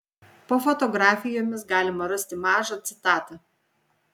po fotografijomis galima rasti mažą citatą